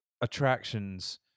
attractions